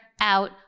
out